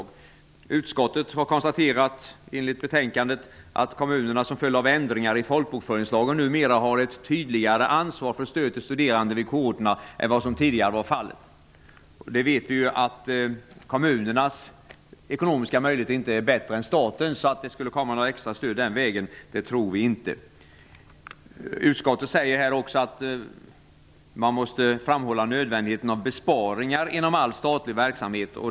I betänkandet står det: "Utskottet konstaterar i betänkandet att kommunerna som följd av ändringar i folkbokföringslagen numera har ett tydligare ansvar för stöd till studerande vid kårorterna än vad som tidigare var fallet." Men kommunernas ekonomiska möjligheter är ju inte bättre än statens. Att det skulle komma extra stöd den vägen tror vi således inte. Vidare säger utskottet att man måste framhålla "nödvändigheten av besparingar inom all statlig verksamhet".